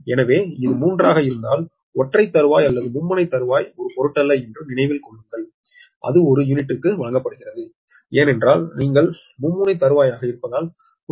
எனவே இது 3 ஆக இருந்தால் ஒற்றை தறுவாய் அல்லது மும்முனை தறுவாய் ஒரு பொருட்டல்ல என்று நினைவில் கொள்ளுங்கள் அது ஒரு யூனிட்டுக்கு வழங்கப்படுகிறது என்றால் நீங்கள் மும்முனை தறுவாய் ஆக இருப்பதால் 0